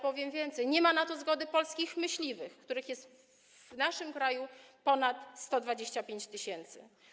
Powiem więcej: nie ma na to zgody polskich myśliwych, których jest w naszym kraju ponad 125 tys.